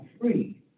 free